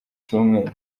cyumweru